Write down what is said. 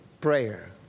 prayer